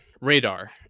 radar